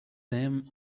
them